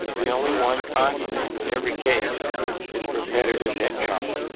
the only one constant with every case is repetitive head trauma.